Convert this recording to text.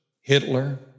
Hitler